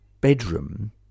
bedroom